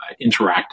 interactive